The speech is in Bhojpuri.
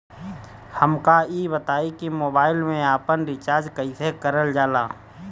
हमका ई बताई कि मोबाईल में आपन रिचार्ज कईसे करल जाला?